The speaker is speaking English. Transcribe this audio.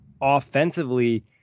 offensively